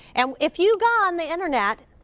and if you go on the internet,